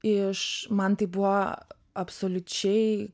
iš man tai buvo absoliučiai